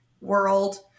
world